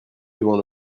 devant